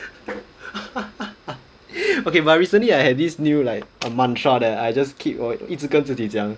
okay but recently I had this new like a mantra that I just keep 我一直跟自己讲